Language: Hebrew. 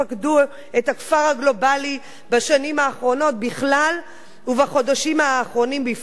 את הכפר הגלובלי בשנים האחרונות בכלל ובחודשים האחרונים בפרט.